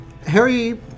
Harry